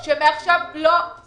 את